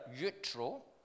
neutral